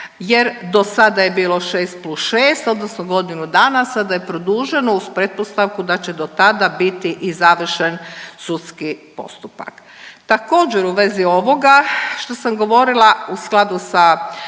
jer do sada je bilo šest plus šest, odnosno godinu dana, a sada je produženo uz pretpostavku da će do tada biti i završen sudski postupak. Također u vezi ovoga što sam govorila u skladu sa